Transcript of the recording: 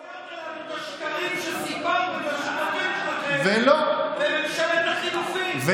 טוב שהזכרת לנו את השקרים שסיפרתם לשותפים שלכם בממשלת החילופים,